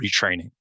retraining